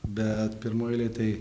bet pirmoj eilėj tai